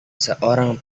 seorang